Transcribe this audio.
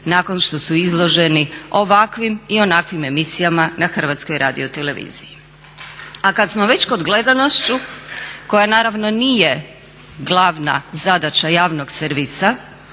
nakon što su izloženi ovakvim i onakvim emisijama na HRT-u. A kad smo već kog gledanosti koja naravno nije glavna zadaća javnog servisa